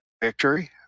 victory